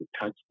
touch